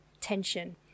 tension